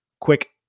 Quick